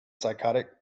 psychotic